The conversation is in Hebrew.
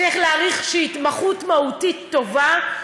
צריך להעריך שהיא התמחות מהותית טובה,